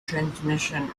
transmission